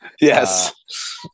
Yes